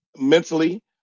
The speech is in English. mentally